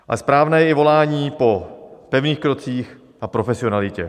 A správné je volání po pevných krocích a profesionalitě.